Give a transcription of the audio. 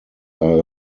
are